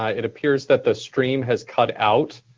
ah it appears that the stream has cut out.